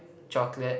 chocolate